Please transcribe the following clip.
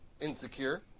insecure